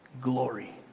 Glory